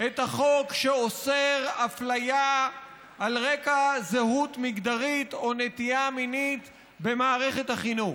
את החוק שאוסר אפליה על רקע זהות מגדרית או נטייה מינית במערכת החינוך.